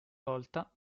volta